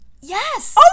yes